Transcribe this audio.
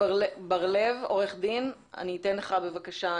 אני לא רוצה בשלב הזה לדבר על סוגיית היצוא.